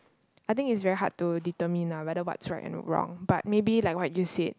I think it's very hard to determine ah whether what's right or wrong but maybe like what you said